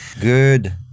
Good